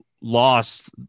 lost